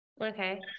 Okay